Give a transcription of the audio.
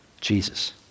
Jesus